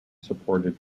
supported